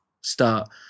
start